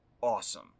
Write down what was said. awesome